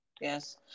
Yes